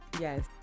Yes